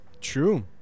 true